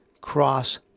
cross